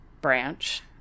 branch